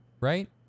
right